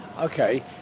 Okay